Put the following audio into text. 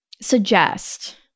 suggest